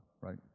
right